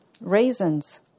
raisins